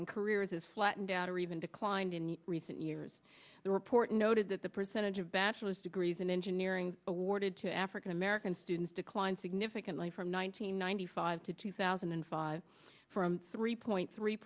and careers has flattened out or even declined in recent years the report noted that the percentage of bachelor's degrees in engineering awarded to african american students declined significantly from one thousand nine hundred five to two thousand and five from three point three